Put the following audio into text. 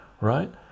right